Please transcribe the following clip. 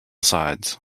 sides